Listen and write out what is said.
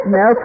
no